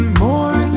more